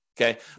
Okay